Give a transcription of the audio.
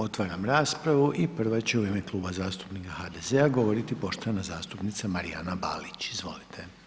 Otvaram raspravu i prva će u ime Kluba zastupnika HDZ-a govoriti poštovana zastupnica Marijana Balić, izvolite.